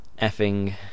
effing